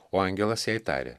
o angelas jai tarė